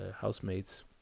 housemates